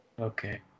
okay